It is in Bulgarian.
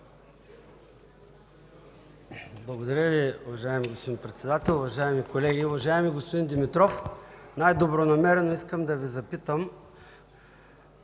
Благодаря Ви, уважаеми господин Председател. Уважаеми колеги! Уважаеми господин Димитров, най-добронамерено искам да Ви запитам: